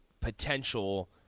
potential